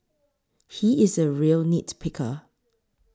he is a real nit picker